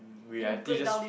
reality just